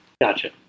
gotcha